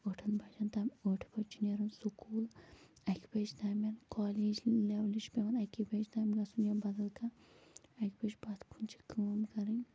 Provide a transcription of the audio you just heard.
ٲٹھن بجن تام ٲٹھِ بجہِ چھُ نٮ۪رُن سکوٗل اکہِ بجہِ تامٮ۪ن کالیج لیولہِ چھُ پٮ۪وان أکی بجہِ تام گژھُن یا بدل کانٛہہ اکہِ بجہِ پتھ کُنۍ چھِ کٲم کرٕنۍ ٲٹھن بجن تام